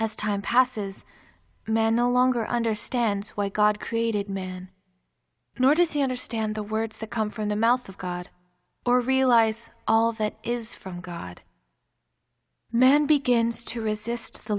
as time passes men no longer understand why god created man nor does he understand the words that come from the mouth of god or realize all that is from god man begins to resist the